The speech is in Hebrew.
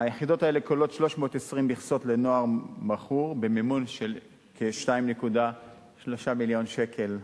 היחידות האלה כוללות 320 מכסות לנוער מכור במימון של כ-2.3 מיליון שקל.